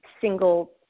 single